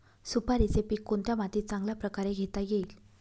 सुपारीचे पीक कोणत्या मातीत चांगल्या प्रकारे घेता येईल?